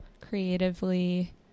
creatively